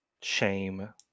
shame